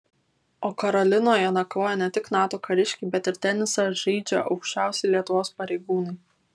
o karolinoje nakvoja ne tik nato kariškiai bet ir tenisą žaidžia aukščiausi lietuvos pareigūnai